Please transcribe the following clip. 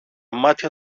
μάτια